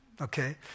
okay